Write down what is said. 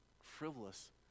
frivolous